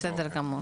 בסדר גמור.